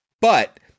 But-